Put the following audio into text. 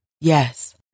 Yes